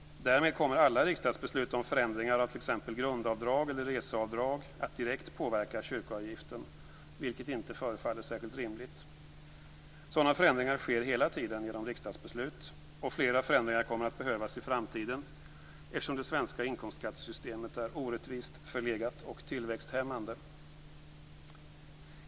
Därmed kommer alla riksdagsbeslut om förändringar av t.ex. grundavdrag eller reseavdrag att direkt påverka kyrkoavgiften, vilket inte förefaller särskilt rimligt. Sådana förändringar sker hela tiden genom riksdagsbeslut, och flera förändringar kommer att behövas i framtiden, eftersom det svenska inkomstskattesystemet är orättvist, förlegat och tillväxthämmande.